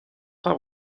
part